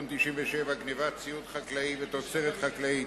מס' 97) (גנבת ציוד חקלאי ותוצרת חקלאית),